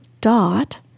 dot